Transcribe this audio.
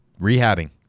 Rehabbing